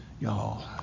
y'all